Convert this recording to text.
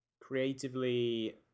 creatively